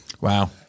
Wow